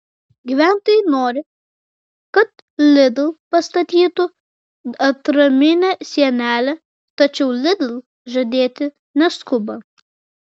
gyventojai nori kad lidl pastatytų atraminę sienelę tačiau lidl žadėti neskuba